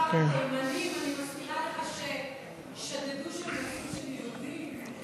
אני מזכירה לך ששדדו שם בתים של יהודים.